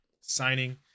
signing